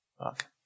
fuck